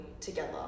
together